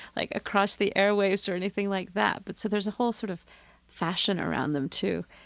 like across the airwaves or anything like that. but so there's a whole sort of fashion around them, too,